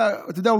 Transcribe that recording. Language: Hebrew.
אתה יודע,